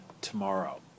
tomorrow